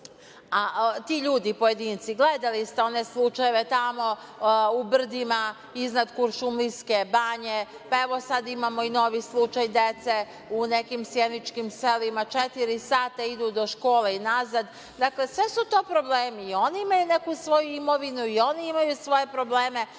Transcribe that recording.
ti ljudi, pojedinci. Gledali ste one slučajeve tamo u brdima iznad Kuršumlijske banje, pa evo, sada imamo i novi slučaj dece u nekim sjeničkim selima, četiri sata idu do škole i nazad. Dakle, sve su to problemi i oni imaju neku svoju imovinu i oni imaju svoje probleme